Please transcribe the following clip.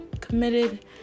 committed